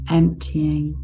emptying